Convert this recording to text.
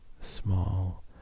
small